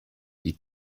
die